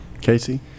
Casey